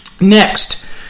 next